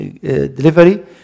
delivery